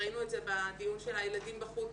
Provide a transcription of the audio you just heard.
ראינו את זה בדיון של הילדים בחוץ,